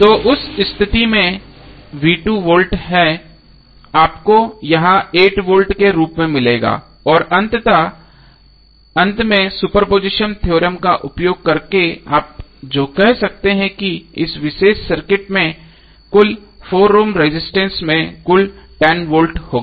तो उस स्थिति में वोल्ट है आपको यह 8 वोल्ट के रूप में मिलेगा और अंत में सुपरपोजिशन थ्योरम का उपयोग करके आप जो कह सकते हैं कि इस विशेष सर्किट में कुल 4 ओम के रेजिस्टेंस में कुल वोल्टेज 10 वोल्ट होगा